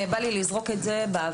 אבל בא לי לזרוק את זה באוויר.